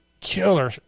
killer